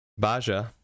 Baja